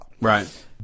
Right